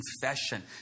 confession